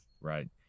right